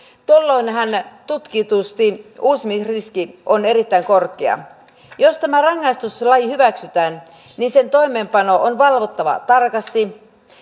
tuolloinhan tutkitusti uusimisriski on erittäin korkea jos tämä rangaistuslaji hyväksytään niin sen toimeenpano on valvottava tarkasti